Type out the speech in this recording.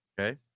Okay